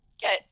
get